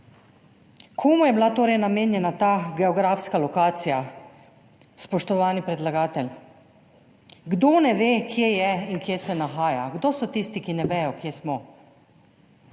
Komu je bila torej namenjena ta geografska lokacija, spoštovani predlagatelj? Kdo ne ve, kje je in kje se nahaja? Kdo so tisti, ki ne vedo, kje smo?